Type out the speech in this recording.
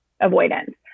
avoidance